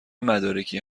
مدارکی